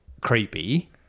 creepy